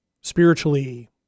spiritually